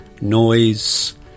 noise